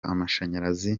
amashanyarazi